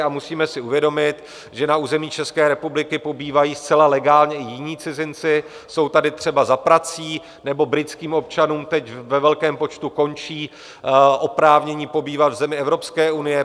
A musíme si uvědomit, že na území České republiky pobývají zcela legálně i jiní cizinci, jsou tady třeba za prací nebo britským občanům teď ve velkém počtu končí oprávnění pobývat v zemích Evropské unie.